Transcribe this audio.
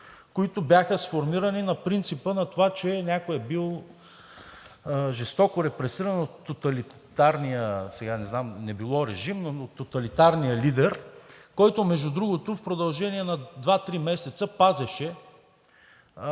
които бяха сформирани на принципа на това, че някой е бил жестоко репресиран от тоталитарния – сега не знам, не било режим, но от тоталитарния лидер, който, между другото, в продължение на два-три месеца пазеше – една